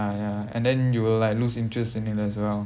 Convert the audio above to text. ya ya and then you will like lose interest in it as well